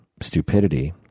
stupidity